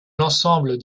l’ensemble